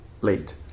late